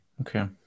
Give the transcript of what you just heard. okay